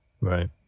Right